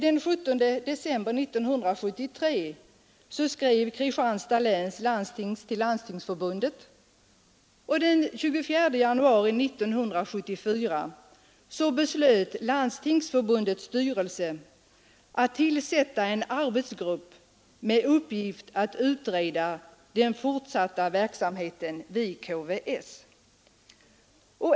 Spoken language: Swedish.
Den 17 december 1973 skrev Kristianstad läns landsting till Landstingsförbundet och den 24 januari 1974 beslöt Landstingsförbundets styrelse tillsätta en arbetsgrupp med uppgift att utreda den fortsatta verksamheten vid KVS.